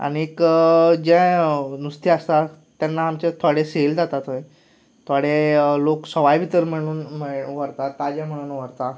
आना जें नुस्तें आसता तेन्ना आमचो थोडो सेल जाता थंय थोडे लोक सवाय भितर मेळ्ळें म्हूण व्हरता ताजें म्हूण व्हरतात